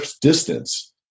distance